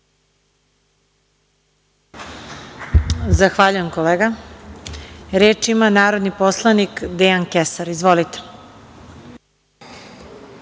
Zahvaljujem kolega. Reč ima narodni poslanik Dejan Kesar. Izvolite.